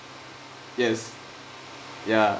yes ya